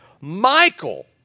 Michael